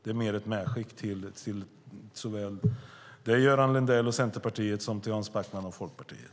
Det är mer ett medskick till såväl dig, Göran Lindell, och Centerpartiet som till Hans Backman och Folkpartiet.